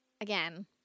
again